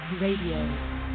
Radio